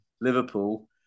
Liverpool